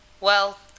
Well